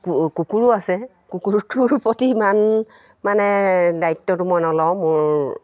কুকুৰো আছে কুকুৰটোৰ প্ৰতি ইমান মানে দায়িত্বটো মই নলওঁ মোৰ